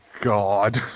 God